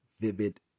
vivid